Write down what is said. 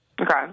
Okay